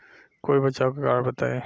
कोई बचाव के कारण बताई?